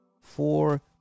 four